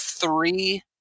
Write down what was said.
three